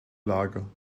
lager